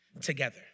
together